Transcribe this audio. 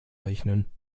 rechnen